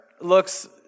looks